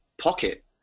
Pocket